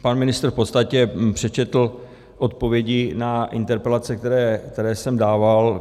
Pan ministr v podstatě přečetl odpovědi na interpelace, které jsem dával.